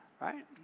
right